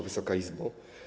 Wysoka Izbo!